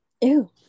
ew